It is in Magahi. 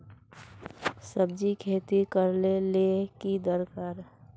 सब्जी खेती करले ले की दरकार?